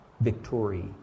victory